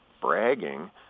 bragging